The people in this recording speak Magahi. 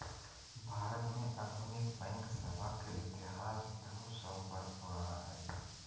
भारत में आधुनिक बैंक सेवा के इतिहास दू सौ वर्ष पुराना हइ